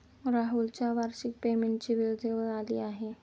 राहुलच्या वार्षिक पेमेंटची वेळ जवळ आली आहे